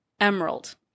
emerald